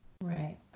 right